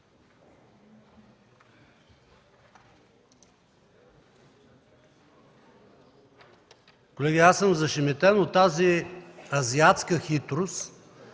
Колеги, аз съм зашеметен от тази азиатска хитрост,